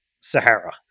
Sahara